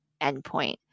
endpoint